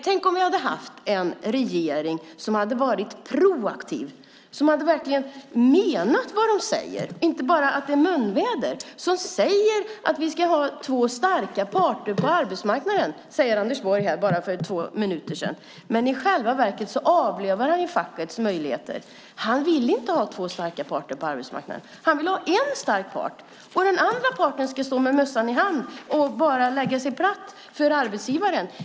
Tänk om vi hade haft en regering som varit proaktiv, som verkligen menat vad den säger och inte bara kommit med munväder! Vi ska ha två starka parter på arbetsmarknaden, sade Anders Borg för två minuter sedan, men i själva verket avlövar han fackets möjligheter. Han vill inte ha två starka parter på arbetsmarknaden. Han vill ha en stark part. Den andra parten ska stå med mössan i hand och lägga sig platt för arbetsgivaren.